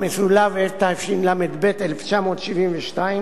התשל"ב 1972,